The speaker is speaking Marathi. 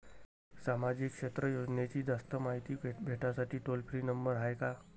सामाजिक क्षेत्र योजनेची जास्त मायती भेटासाठी टोल फ्री नंबर हाय का?